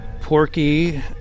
Porky